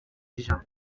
ijana